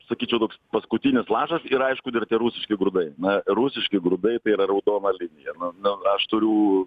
sakyčiau toks paskutinis lašas ir aišku dar tie rusiški grūdai na rusiški grūdai tai yra raudona linija na aš turiu